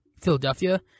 Philadelphia